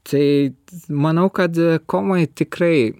tai manau kad komoj tikrai